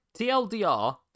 tldr